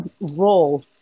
role